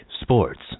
sports